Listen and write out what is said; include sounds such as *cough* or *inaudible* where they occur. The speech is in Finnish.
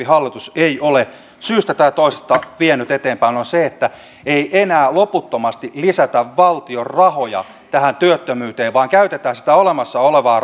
*unintelligible* hallitus ei ole syystä tai toisesta vienyt eteenpäin on se että ei enää loputtomasti lisätä valtion rahoja tähän työttömyyteen vaan käytetään sitä olemassa olevaa *unintelligible*